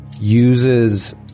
uses